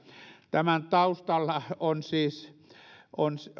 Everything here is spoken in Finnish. tämän taustalla on